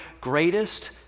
greatest